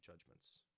judgments